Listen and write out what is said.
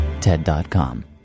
TED.com